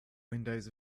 windows